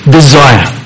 desire